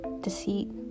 deceit